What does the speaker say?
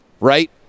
right